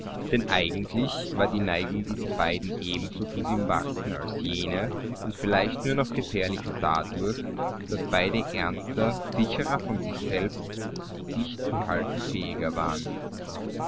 denn eigentlich war die neigung dieser beiden ebensogut im wachsen als jene und vielleicht nur noch gefährlicher dadurch daß beide ernster sicherer von sich selbst sich zu halten fähiger waren